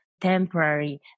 temporary